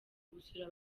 gusura